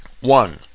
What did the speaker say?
One